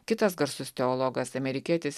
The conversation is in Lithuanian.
kitas garsus teologas amerikietis